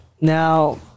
now